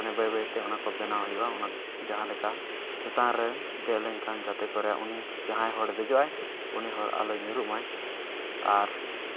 ᱢᱟᱱᱮ ᱵᱟᱭ ᱵᱟᱭᱛᱮ ᱚᱱᱟ ᱠᱚ ᱵᱮᱱᱟᱣ ᱦᱩᱭᱩᱜᱼᱟ ᱚᱱᱟ ᱡᱟᱦᱟᱸᱞᱮᱠᱟ ᱪᱮᱛᱟᱱ ᱨᱮ ᱫᱮᱡ ᱞᱮᱱᱠᱷᱟᱱ ᱡᱟᱛᱮᱠᱚᱨᱮ ᱩᱱᱤ ᱡᱟᱦᱟᱸᱭ ᱦᱚᱲᱮ ᱫᱮᱡᱚᱜᱼᱟᱭ ᱩᱱᱤ ᱦᱚᱲ ᱟᱞᱚᱭ ᱧᱩᱨᱩᱜ ᱢᱟᱭ ᱟᱨ